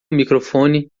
microfone